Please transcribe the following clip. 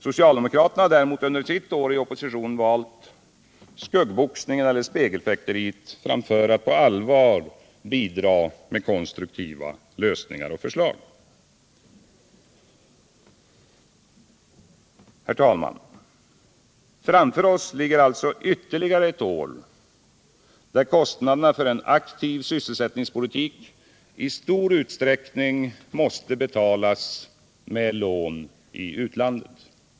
Socialdemokraterna har däremot under sitt år i opposition valt spegelfäkteriet framför att på allvar bidra med de konstruktiva förslagen. Herr talman! Framför oss ligger alltså ytterligare ett år, där kostnaderna för en aktiv sysselsättningspolitik i stor utsträckning måste betalas med lån i utlandet.